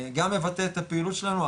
מבטא את הפעילות שלנו,